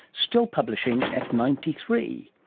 still publishing at ninety three.